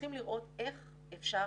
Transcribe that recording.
צריכים לראות איך אפשר